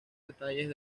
detalles